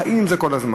חיים עם זה כל הזמן.